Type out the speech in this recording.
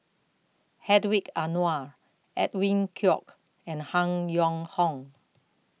Hedwig Anuar Edwin Koek and Han Yong Hong